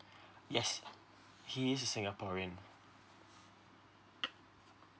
he is a singaporean